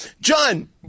John